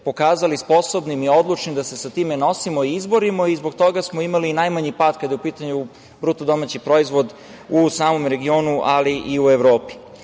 pokazali sposobnim i odlučnim da se sa time nosimo i izborima i zbog toga smo imali najmanji pad kada je u pitanju BDP u samom regionu ali i u